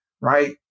right